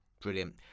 Brilliant